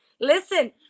Listen